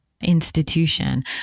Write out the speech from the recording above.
institution